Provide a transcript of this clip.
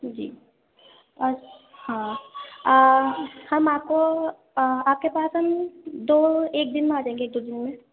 جی اور ہاں ہم آپ کو آپ کے پاس ہم دو ایک دن میں آ جائیں گے ایک دو دن میں